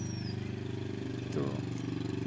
ᱛᱚ